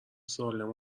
سالم